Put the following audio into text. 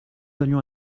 allions